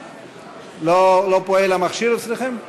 לא פועל המכשיר אצלכם?